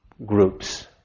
groups